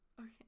Okay